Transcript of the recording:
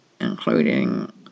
including